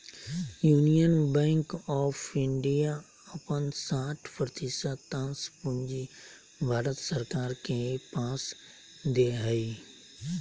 union Bank of India अपन साठ प्रतिशत अंश पूंजी भारत सरकार के पास दे हइ